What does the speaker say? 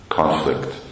conflict